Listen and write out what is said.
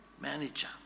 manager